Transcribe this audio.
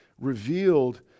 revealed